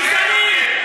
גזענים,